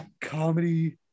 comedy